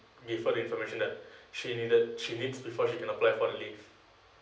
deliver the information that she needed she needs before she can apply for the leave